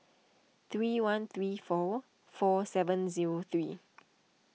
three one three four four seven zero three